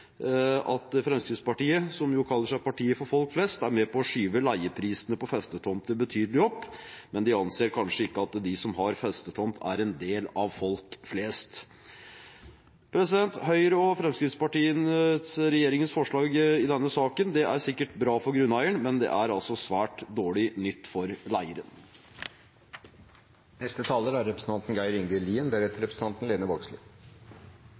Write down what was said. at Fremskrittspartiet, som kaller seg partiet for folk flest, er med på å skyve leieprisene på festetomter betydelig opp, men de anser kanskje ikke at de som har festetomt, er en del av folk flest. Høyre–Fremskrittsparti-regjeringens forslag i denne saken er sikkert bra for grunneieren, men det er altså svært dårlig nytt for leieren. Noreg har vorte dømt i Den europeiske menneskerettsdomstolen. Lovverket vi har, er